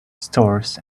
stores